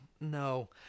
no